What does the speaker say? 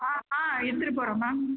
ஆ ஆ எடுத்துகிட்டு போகறேன் மேம்